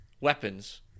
weapons